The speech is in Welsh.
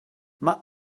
mae